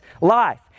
life